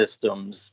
systems